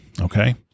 okay